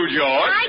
George